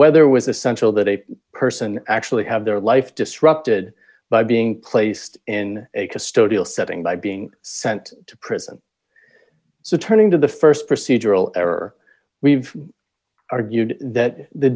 whether was essential that a person actually have their life disrupted by being placed in a custodial setting by being sent to prison so turning to the st procedural error we've argued that the